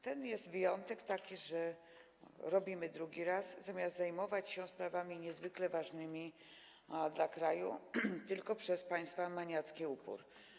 Ten wyjątek jest taki, że robimy to drugi raz, zamiast zajmować się sprawami niezwykle ważnymi dla kraju, tylko przez państwa maniacki upór.